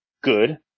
good